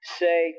say